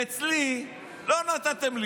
אצלי לא נתתם,